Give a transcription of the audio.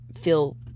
feel